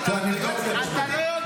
היועצת המשפטית --- אתה לא יודע.